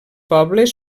pobles